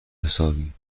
حسابی